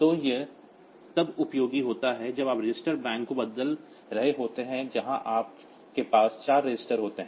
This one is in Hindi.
तो ये तब उपयोगी होते हैं जब आप रजिस्टर बैंकों को बदल रहे होते हैं जहाँ आपके पास चार रजिस्टर होते हैं